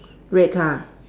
red car